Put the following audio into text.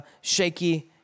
shaky